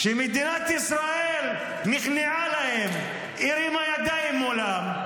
מדינת ישראל נכנעה להם, הרימה ידיים מולם,